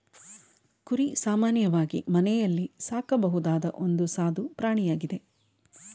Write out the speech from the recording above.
ಕುರಿ ಸಾಮಾನ್ಯವಾಗಿ ಮನೆಯಲ್ಲೇ ಸಾಕಬಹುದಾದ ಒಂದು ಸಾದು ಪ್ರಾಣಿಯಾಗಿದೆ